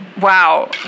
Wow